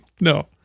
No